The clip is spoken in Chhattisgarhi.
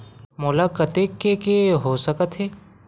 मोला कतेक के के हो सकत हे?